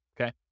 okay